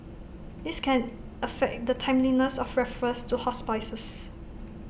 this can affect the timeliness of referrals to hospices